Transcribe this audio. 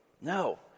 No